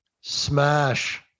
Smash